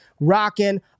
rocking